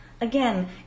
Again